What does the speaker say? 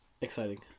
exciting